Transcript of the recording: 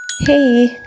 Hey